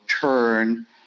turn